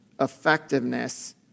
effectiveness